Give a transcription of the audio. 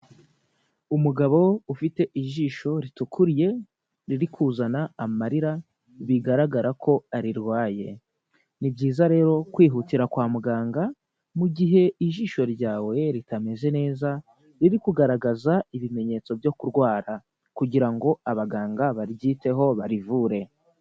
Umugabo ufite ijisho ritukuriye riri kuzana amarira bigaragara ko arirwaye, ni byiza rero kwihutira kwa muganga mu gihe ijisho ryawe ritameze neza, riri kugaragaza ibimenyetso byo kurwara kugira ngo abaganga baryiteho barivure.